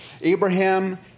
Abraham